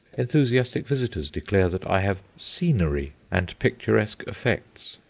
enthusiastic visitors declare that i have scenery, and picturesque effects,